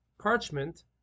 parchment